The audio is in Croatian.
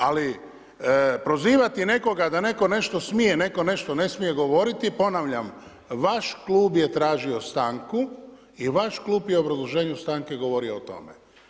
Ali prozivati nekoga da netko nešto smije, netko nešto ne smije govoriti, ponavljam vaš klub je tražio stanku i vaš klub je u obrazloženju stanke govorio o tome.